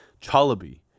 Chalabi